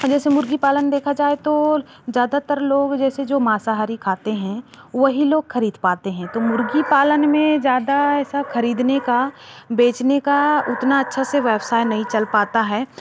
जैसे मुर्गी पालन देखा जाए तो ज़्यादातर लोग जैसे जो मांसाहारी खाते हैं वही लोग ख़रीद पाते हैं तो मुर्गी पालन में ज़्यादा ऐसा ख़रीदने का बेचने का उतना अच्छा से व्यवसाय नहीं चल पाता है